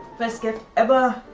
best gift ever!